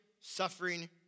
suffering